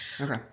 okay